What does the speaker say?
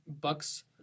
Bucks